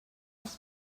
els